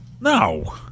No